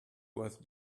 worth